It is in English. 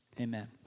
Amen